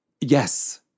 Yes